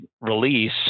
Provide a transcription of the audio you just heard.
release